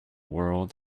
world